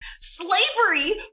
Slavery